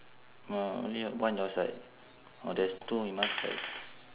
orh only one your side orh there's two on my side